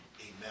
Amen